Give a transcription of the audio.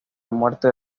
muerte